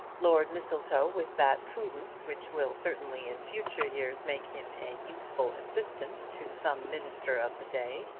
lord mistletoe, with that prudence which will certainly in future years make him a useful assistant to some minister of the day,